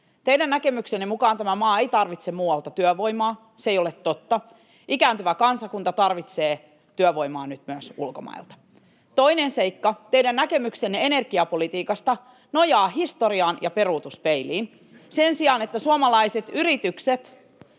Teidän näkemyksenne mukaan tämä maa ei tarvitse muualta työvoimaa. Se ei ole totta. Ikääntyvä kansakunta tarvitsee työvoimaa nyt myös ulkomailta. Toinen seikka: Teidän näkemyksenne energiapolitiikasta nojaa historiaan ja peruutuspeiliin sen sijaan, että suomalaiset yritykset,